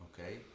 Okay